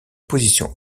position